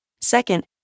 Second